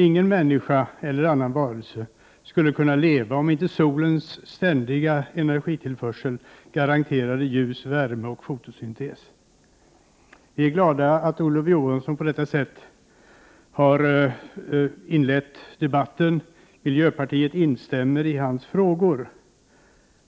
Ingen människa eller annan varelse skulle kunna leva om inte solens ständiga energitillförsel garanterade ljus, värme och fotosyntes. Vidare är vi glada över Olof Johanssons sätt att inleda debatten. Vi i miljöpartiet instämmer i vad han säger i dessa frågor.